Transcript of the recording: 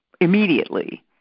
immediately